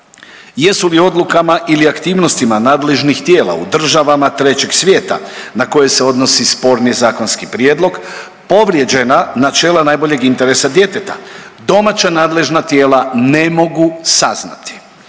jesu li odlukama ili aktivnostima nadležnih tijela u državama Trećeg svijeta na koje se odnosi sporni zakonski prijedlog povrijeđena načela najboljeg interesa djeteta? Domaća nadležna tijela ne mogu saznati